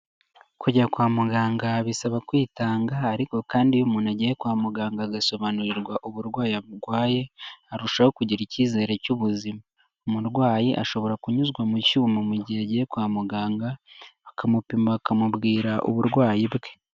Kujya kwa muganga bisaba kwitanga ariko kandi iyo umuntu agiye kwa muganga agasobanurirwa uburwayi arwaye, arushaho kugira icyizere cy'ubuzima, umurwayi ashobora kunyuzwa mu cyuma mu gihe agiye kwa muganga, bakamupima bakamubwira uburwayi bwe.